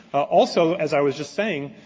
also, as i was just saying,